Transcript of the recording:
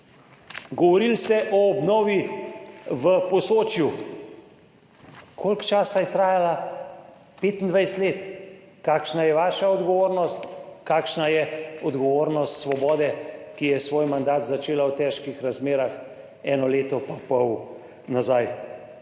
Govorili ste o obnovi v Posočju. Koliko časa je trajala? 25 let. Kakšna je vaša odgovornost, kakšna je odgovornost Svobode, ki je svoj mandat začela v težkih razmerah eno leto pa pol nazaj?